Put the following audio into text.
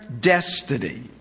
destiny